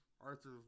Arthur